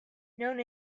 known